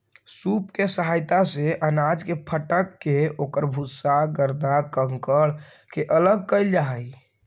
सूप के सहायता से अनाज के फटक के ओकर भूसा, गर्दा, कंकड़ के अलग कईल जा हई